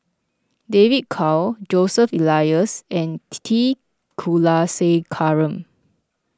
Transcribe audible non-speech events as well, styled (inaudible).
David Kwo Joseph Elias and (unintelligible) T Kulasekaram